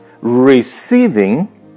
receiving